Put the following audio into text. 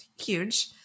huge